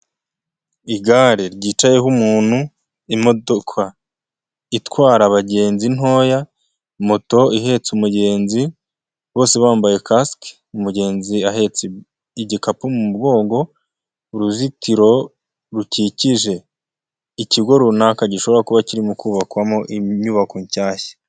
Igare ryicayeho umuntu imodoka itwara abagenzi ntoya moto ihetse umugenzi bose bambaye kasike umugenzi ahetse igikapu mu mugongo uruzitiro rukikije ikigo runaka gishobora kuba kirimo kubakwamo inyubako nshyashya.